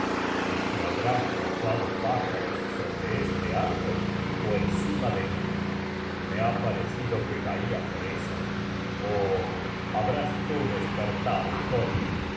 si se habrán posado pájaros sobre este árbol ó encima de mí me ha parecido que caia freza ó habrás tú despertado thor